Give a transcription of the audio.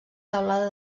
teulada